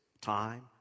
time